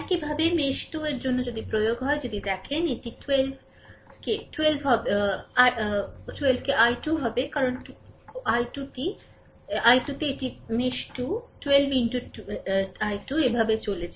একইভাবে মেশ 2 এর জন্য যদি প্রয়োগ হয় যদি দেখেন এটি 12 কে I2 হবে কারণ 12 টি I2 তে এটি মেশ 2 12 ইন্টু I2 এভাবে চলেছে